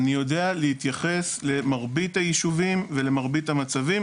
אני יודע להתייחס למרבית היישובים ולמרבית המצבים.